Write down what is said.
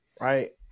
right